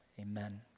amen